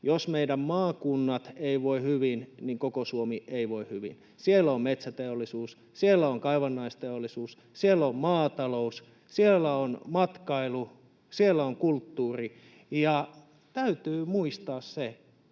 jos meidän maakuntamme ei voi hyvin, niin koko Suomi ei voi hyvin. Siellä on metsäteollisuus, siellä on kaivannaisteollisuus, siellä on maatalous, siellä on matkailu, siellä on kulttuuri. Ja täytyy muistaa se,